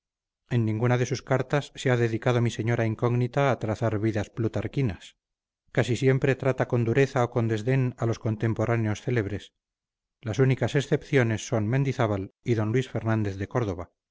en ninguna de sus cartas se ha dedicado mi señora incógnita a trazar vidas plutarquinas casi siempre trata con dureza o con desdén a los contemporáneos célebres las únicas excepciones son mendizábal y d luis fernández de córdova